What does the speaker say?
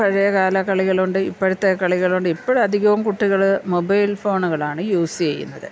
പഴയ കാല കളികളുണ്ട് ഇപ്പോഴത്തെ കളികളുണ്ട് ഇപ്പോൾ അധികവും കുട്ടികൾ മൊബൈൽ ഫോണുകളാണ് യൂസ് ചെയ്യുന്നത്